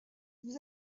vous